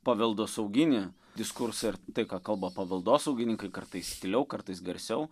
paveldosauginį diskursą ir tai ką kalba paveldosaugininkai kartais tyliau kartais garsiau